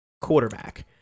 quarterback